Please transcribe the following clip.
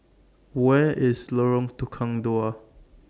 Where IS Lorong Tukang Dua